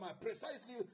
precisely